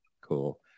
Cool